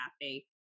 happy